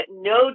no